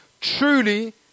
truly